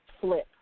flip